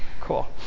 Cool